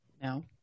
No